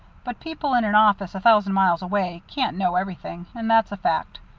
but people in an office a thousand miles away can't know everything, and that's a fact.